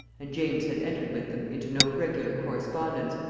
and james had entered with them into no regular correspondence,